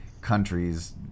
countries